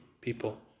people